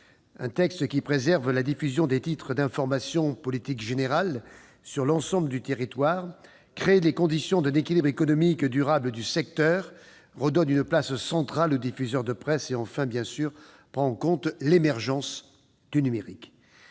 Ce texte préserve la diffusion des titres d'information générale et politique sur l'ensemble du territoire, crée les conditions d'un équilibre économique durable du secteur, redonne une place centrale aux diffuseurs de presse et, enfin, prend bien sûr en compte l'émergence du numérique.